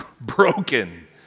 broken